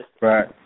Right